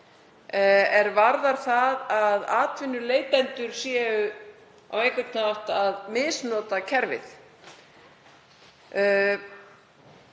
er varðar það að atvinnuleitendur séu á einhvern hátt að misnota kerfið,